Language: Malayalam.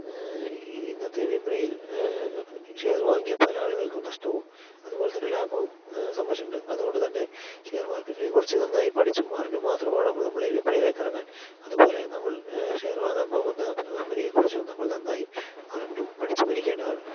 ഇന്നത്തെ വിപണിയിൽ ഷെയർ വാങ്ങിയ പല ആളുകൾക്കും നഷ്ട്ടവും അതുപോലെ തന്നെ ലാഭവും സംഭവിച്ചിട്ടുണ്ട് അതുകൊണ്ട് തന്നെ ഷെയർ മാർക്കറ്റിനെ കുറിച്ച് നന്നായി പഠിച്ചും അറിഞ്ഞും മാത്രമാണ് നമ്മളീ വിപണീലേക്കിറങ്ങാൻ അതുപോലെ നമ്മൾ ഷെയർ വാങ്ങാൻ പോകുന്ന കമ്പനിയെക്കുറിച്ചും നമ്മൾ നന്നായി അറിഞ്ഞും പഠിച്ചും ഇരിക്കേണ്ടതാണ്